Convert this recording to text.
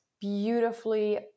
beautifully